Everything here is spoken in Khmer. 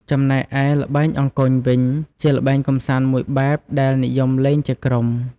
ចំណែកឯល្បែងអង្គញ់វិញ ជាល្បែងកម្សាន្តមួយបែបដែលនិយមលេងជាក្រុម។